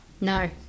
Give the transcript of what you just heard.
No